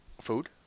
Food